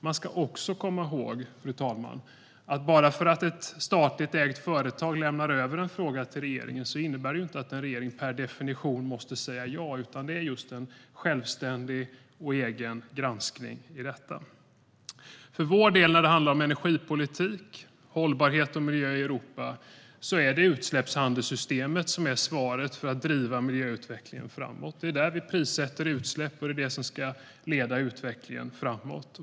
Man ska också komma ihåg, fru talman, att bara för att ett statligt ägt företag lämnar över en fråga till regeringen innebär inte det att den per definition måste säga ja, utan det är en självständig och egen granskning i detta. När det handlar om energipolitik, hållbarhet och miljö i Europa är det för vår del utsläppshandelssystemet som är svaret för att driva miljöutvecklingen framåt. Det är där vi prissätter utsläpp, och det är detta som ska leda utvecklingen framåt.